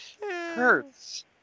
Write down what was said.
Hurts